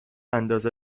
انداز